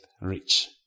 rich